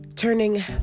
Turning